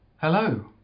Hello